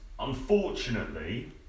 Unfortunately